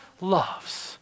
loves